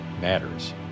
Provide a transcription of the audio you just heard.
matters